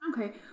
Okay